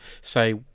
say